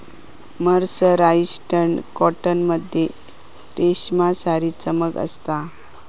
mercerised cotton मध्ये रेशमसारी चमक असता